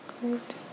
Great